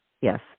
yes